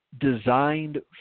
designed